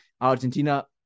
Argentina